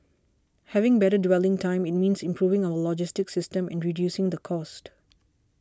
having better dwelling time it means improving our logistic system and reducing the cost